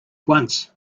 once